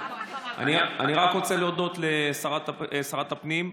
אני רק רוצה להודות לשרת הפנים.